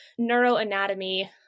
neuroanatomy